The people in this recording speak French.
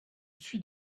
suis